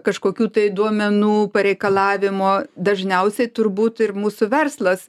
kažkokių tai duomenų pareikalavimo dažniausiai turbūt ir mūsų verslas